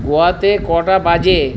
গোয়াতে কটা বাজে